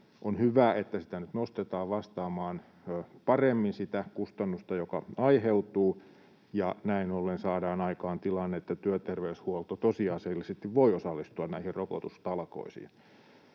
On hyvä, että sitä nyt nostetaan vastaamaan paremmin sitä kustannusta, joka aiheutuu, ja näin ollen saadaan aikaan tilanne, että työterveyshuolto tosiasiallisesti voi osallistua näihin rokotustalkoisiin.